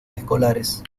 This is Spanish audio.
escolares